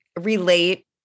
relate